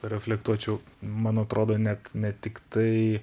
reflektuočiau man atrodo net ne tik tai